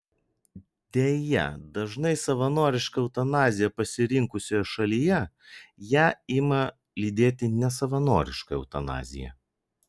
deja dažnai savanorišką eutanaziją pasirinkusioje šalyje ją ima lydėti nesavanoriška eutanazija